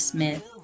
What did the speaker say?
Smith